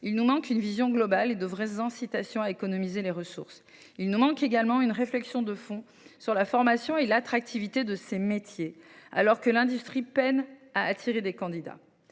il manque encore une vision globale et de vraies incitations à économiser les ressources. Il manque également une réflexion de fond sur la formation et l’attractivité de ces métiers, alors que l’industrie peine à attirer des candidats.